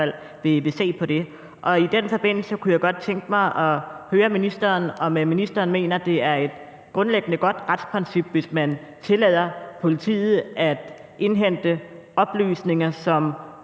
i hvert fald vil se på det. Og i den forbindelse kunne jeg godt tænke mig at høre ministeren, om ministeren mener, at det er et grundlæggende godt retsprincip at tillade politiet at indhente oplysninger,